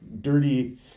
dirty